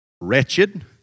wretched